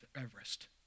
Everest